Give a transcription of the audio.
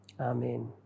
Amen